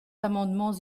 amendements